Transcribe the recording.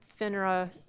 FINRA